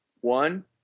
one